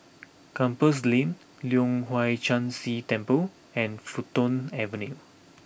Compassvale Lane Leong Hwa Chan Si Temple and Fulton Avenue